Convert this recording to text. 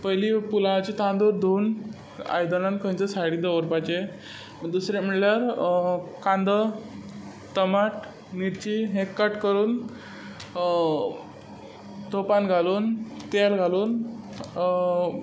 पयलीं पुलावाचे तांदूळ धुवन आयदनान खंयच्या सायडीक दवरपाचें दुसरें म्हणल्यार कांदो टमाट मिरची हे कट करून तोपान घालून तेल घालून